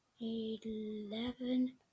eleven